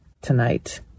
tonight